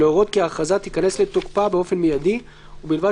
להורות כי ההכרזה תיכנס לתוקפה באופן מיידי ובלבד